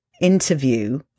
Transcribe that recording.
interview